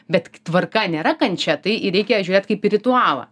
bet tvarka nėra kančia tai ir reikia žiūrėt kaip į ritualą